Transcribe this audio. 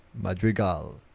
Madrigal